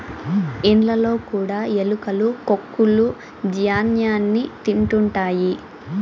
ఇండ్లలో కూడా ఎలుకలు కొక్కులూ ధ్యాన్యాన్ని తింటుంటాయి